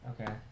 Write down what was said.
Okay